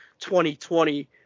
2020